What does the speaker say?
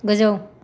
गोजौ